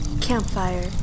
Campfire